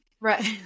Right